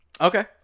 Okay